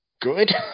good